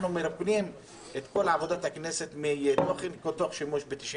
אנחנו מרוקנים את כל עבודת הכנסת באותו שימוש בסעיף